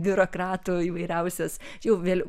biurokratų įvairiausias jau vėl